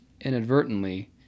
inadvertently